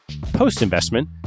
Post-investment